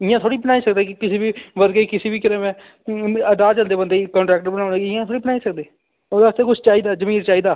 इ'यां थोह्ड़ी बनाई सकदे किसी बी वर्कर किसी बी केह् न राह् चलदे बंदे गी कान्ट्रैक्टर बनाना इ'यां थोह्ड़ी बनाई सकदे ओह्दे आस्तै किश चाहिदा जमीर चाहिदा